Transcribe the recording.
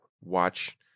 watch